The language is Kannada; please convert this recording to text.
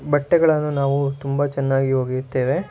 ಬಟ್ಟೆಗಳನ್ನು ನಾವು ತುಂಬ ಚೆನ್ನಾಗಿ ಒಗೆಯುತ್ತೇವೆ